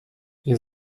ihr